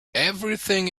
everything